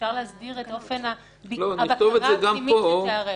אפשר להסדיר את אופן הבקרה הפנימית שתיערך.